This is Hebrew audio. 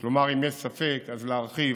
כלומר אם יש ספק, אז להרחיב.